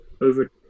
over